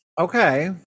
okay